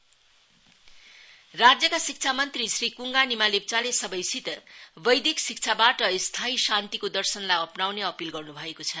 बैदिक सम्मेलन राज्यका शिक्षा मंत्री श्री क्ङ्गा निमा लेप्चाले सबैसित बैदिक शिक्षाबाट स्थायी शान्तिको दर्शनलाई अपनाउने अपील गर्नु भएको छ